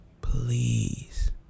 please